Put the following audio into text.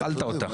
אכלת אותה.